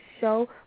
show